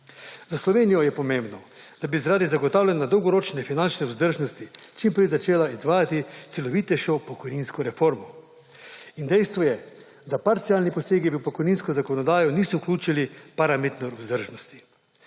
Za Slovenijo je pomembno, da bi zaradi zagotavljanja dolgoročne finančne vzdržnosti čim prej začela izvajati celovitejšo pokojninsko reformo. In dejstvo je, da parcialni posegi v pokojninsko zakonodajo niso vključili parametne vzdržnosti.